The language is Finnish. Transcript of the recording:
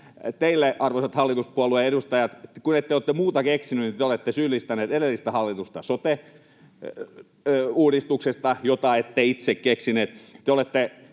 Tuntuu, arvoisat hallituspuolueen edustajat, että kun ette ole muuta keksineet, niin te olette syyllistäneet edellistä hallitusta sote-uudistuksesta, jota ette itse keksineet.